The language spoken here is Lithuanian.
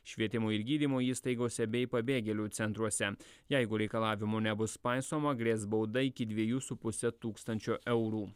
švietimo ir gydymo įstaigose bei pabėgėlių centruose jeigu reikalavimų nebus paisoma grės bauda iki dviejų su puse tūkstančio eurų